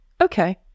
okay